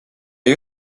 you